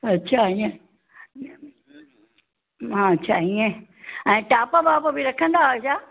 अच्छा हीअं हा अच्छा हीअं ऐं टॉप वॉप रखंदा आहियो छा